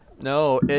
No